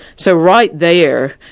so right there,